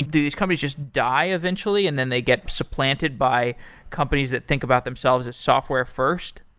do these companies just die eventually and then they get supplanted by companies that think about themselves as software first?